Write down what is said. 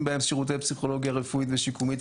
בהם שירותי פסיכולוגיה רפואית ושיקומית,